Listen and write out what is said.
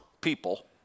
people